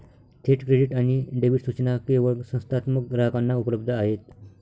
थेट क्रेडिट आणि डेबिट सूचना केवळ संस्थात्मक ग्राहकांना उपलब्ध आहेत